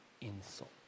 insult